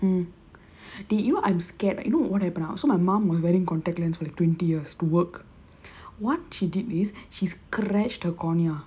mm did you I'm scared like you know what happened or not so my mom was wearing contact lens for like twenty years to work what she did is she's scratched her cornea